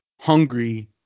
hungry